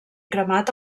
cremat